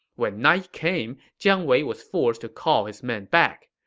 when night came, jiang wei was forced to call his men back.